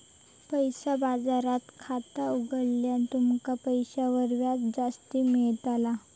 पैसा बाजारात खाता उघडल्यार तुमका पैशांवर व्याज जास्ती मेळताला